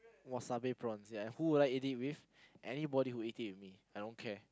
wasabi prawns ya who would like to eat it with anybody who would eat it with me I don't care